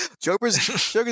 joker's